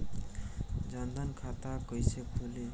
जनधन खाता कइसे खुली?